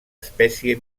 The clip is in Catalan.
espècie